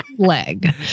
leg